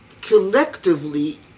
collectively